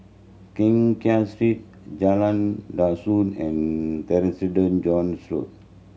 Keng Kiat Street Jalan Dusun and Road